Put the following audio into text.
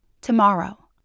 Tomorrow